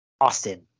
Austin